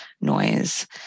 noise